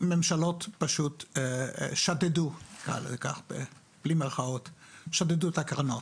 הממשלות פשוט שדדו בלי מירכאות את הקרנות.